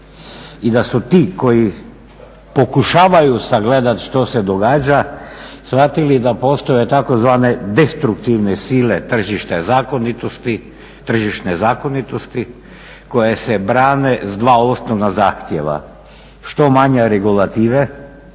I da su ti koji pokušavaju sagledati što se događa shvatili da postoje tzv. destruktivne sile tržišne zakonitosti koje se brane sa dva osnovna zahtjeva što manje regulative,